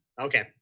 Okay